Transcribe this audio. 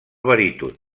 baríton